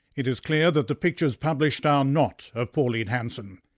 it is clear that the pictures published are not of pauline hanson.